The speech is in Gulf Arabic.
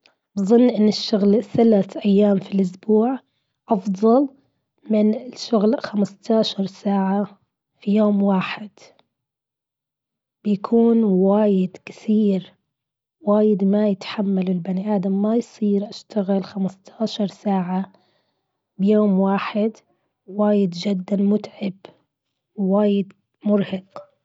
بظن أن الشغل ثلاث ايام في الأسبوع أفضل من الشغل خمستاشر ساعة في يوم واحد. بيكون وايد كثير وايد ما يتحمل البني ادم ما يصير أشتغل خمستاشر ساعة بيوم واحد وايد جدا متعب. وايد مرهق.